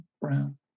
Brown